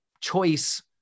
choice